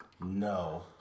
no